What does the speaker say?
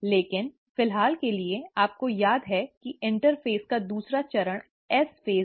लेकिन फिलहाल के लिए आपको याद है कि इंटरफेज़ का दूसरा चरण एस चरण है